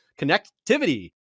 connectivity